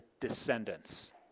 descendants